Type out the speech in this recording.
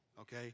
Okay